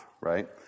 right